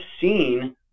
seen